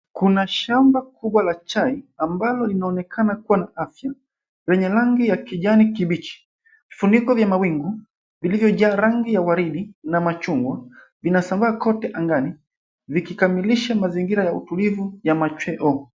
Kuna shamba kubwa la chai ambalo linaonekana kuwa na afya yenye rangi ya kijani kibichi, vifuniko vya mawingu vilivyo jaa rangi ya waridi na machungwa vinasambaa kote angani vikikamilisha mazingira ya utulivu ya machweo.